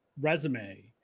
resume